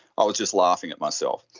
ah just laughing at myself.